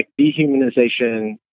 dehumanization